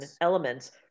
elements